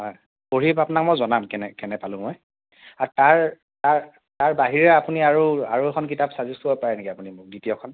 হয় পঢ়ি আপোনাক মই জনাম কেনে কেনে পালোঁ মই আৰু তাৰ তাৰ তাৰ বাহিৰেও আপুনি আৰু আৰু এখন কিতাপ চাজেছ কৰিব পাৰে নেকি আপুনি মোক দ্বিতীয়খন